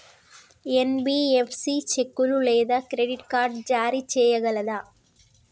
NBFC చెక్కులు లేదా credit card జారీ చేయగలదా?